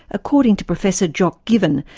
according to professor jock given,